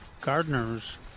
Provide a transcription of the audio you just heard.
gardeners